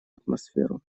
атмосферу